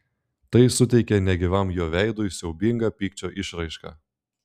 tai suteikė negyvam jo veidui siaubingą pykčio išraišką